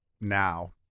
now